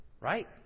Right